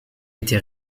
était